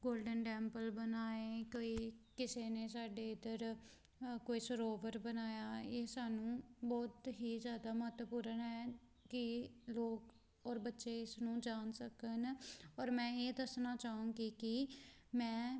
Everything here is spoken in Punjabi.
ਗੋਲਡਨ ਟੈਂਪਲ ਬਣਾਏ ਕੋਈ ਕਿਸੇ ਨੇ ਸਾਡੇ ਇੱਧਰ ਕੋਈ ਸਰੋਵਰ ਬਣਾਇਆ ਇਹ ਸਾਨੂੰ ਬਹੁਤ ਹੀ ਜ਼ਿਆਦਾ ਮਹੱਤਵਪੂਰਨ ਹੈ ਕਿ ਲੋਕ ਔਰ ਬੱਚੇ ਇਸਨੂੰ ਜਾਣ ਸਕਣ ਔਰ ਮੈਂ ਇਹ ਦੱਸਣਾ ਚਾਹਾਂਗੀ ਕਿ ਮੈਂ